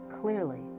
clearly